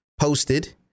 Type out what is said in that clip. posted